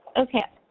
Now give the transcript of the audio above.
okay.